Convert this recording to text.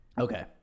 Okay